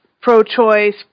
pro-choice